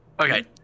Okay